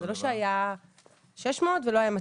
זה לא שהיה 600 ולא היה 200,